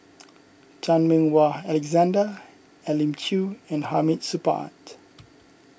Chan Meng Wah Alexander Elim Chew and Hamid Supaat